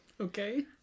Okay